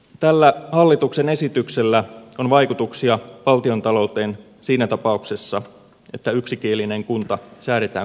tällä hallituksen esityksellä on vaikutuksia valtiontalouteen siinä tapauksessa että yksikielinen kunta säädetään kaksikieliseksi